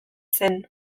zen